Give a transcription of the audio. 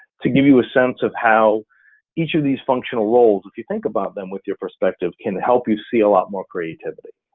to give you a sense of how each of these functional roles, if you think about them with your perspective, can help you see a lot more creativity.